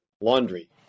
laundry